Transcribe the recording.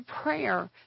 prayer